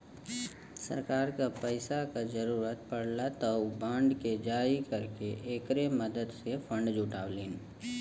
सरकार क पैसा क जरुरत पड़ला त उ बांड के जारी करके एकरे मदद से फण्ड जुटावलीन